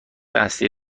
اصلی